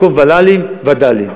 במקום ול"לים, וד"לים.